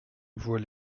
voie